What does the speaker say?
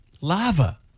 Lava